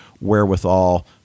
wherewithal